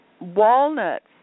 Walnuts